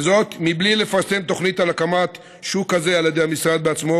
מבלי לפרסם תוכנית על הקמת שוק כזה על ידי המשרד בעצמו,